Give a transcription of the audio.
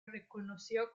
reconoció